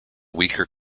weaker